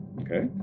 Okay